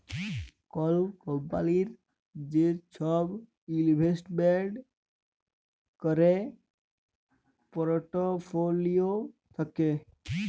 call কম্পলির যে সব ইলভেস্টমেন্ট ক্যরের পর্টফোলিও থাক্যে